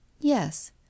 Yes